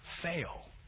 fail